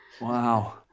Wow